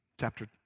Chapter